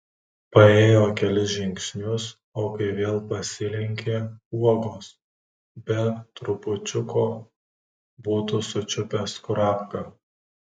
paėjo kelis žingsnius o kai vėl pasilenkė uogos be trupučiuko būtų sučiupęs kurapką